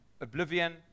oblivion